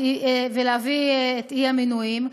אי-המינויים,